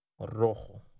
Rojo